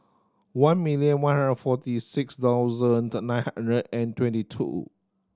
one million one hundred and forty six thousand nine hundred and twenty two